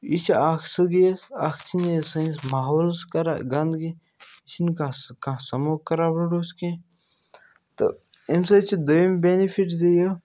یہِ چھِ اَکھ سُہ گیس اَکھ چھُ نہٕ یہِ سٲنِس ماحولَس کَران گَنٛدٕگی یہِ چھُ نہٕ کانٛہہ سُہ کانٛہہ سَموک کَران پرٛوڈوٗس کیٚنٛہہ تہٕ اَمہِ سۭتۍ چھِ دوٚیِم بیٚنِفِٹ زِ یہِ